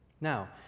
Now